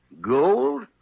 Gold